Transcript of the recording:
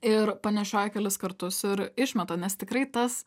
ir panešioja kelis kartus ir išmeta nes tikrai tas